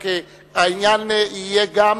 רק העניין יהיה גם